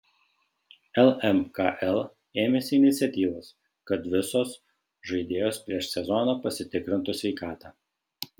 lmkl ėmėsi iniciatyvos kad visos žaidėjos prieš sezoną pasitikrintų sveikatą